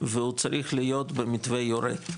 והוא צריך להיות במתווה יורד,